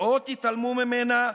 או תתעלמו ממנה,